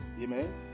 Amen